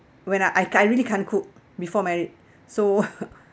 when I can't I really can't cook before married so